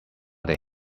they